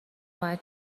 باید